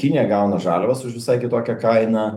kinija gaunu žaliavas už visai kitokią kainą